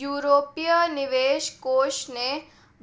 यूरोपीय निवेश कोष ने